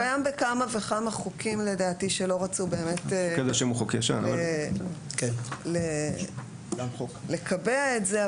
זה קיים בכמה וכמה חוקים לדעתי שלא רצו באמת לקבע את זה,